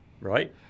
Right